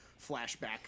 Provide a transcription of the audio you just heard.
flashback